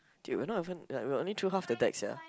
dude we're not even like we're only through half the deck sia